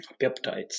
peptides